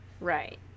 Right